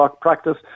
practice